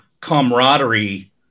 camaraderie